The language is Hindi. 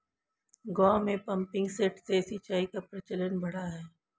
गाँवों में पम्पिंग सेट से सिंचाई का प्रचलन बढ़ा है